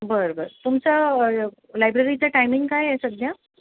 बरं बरं तुमचा लायब्ररीचा टायमिंग काय आहे सध्या